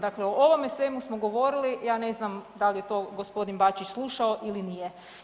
Dakle, o ovome svemu smo govorili, ja ne znam da li je to gospodin Bačić slušao ili nije.